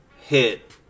hit